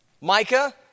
Micah